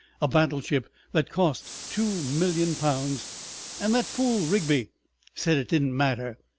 a battleship that cost two million pounds and that fool rigby said it didn't matter!